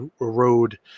erode